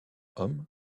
hommes